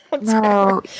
No